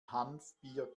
hanfbier